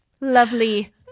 lovely